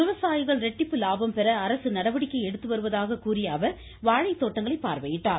விவசாயிகள் இரட்டிப்பு லாபம் பெற அரசு நடவடிக்கை எடுத்து வருவதாக கூறிய அவர் வாழைத்தோட்டங்களை பார்வையிட்டார்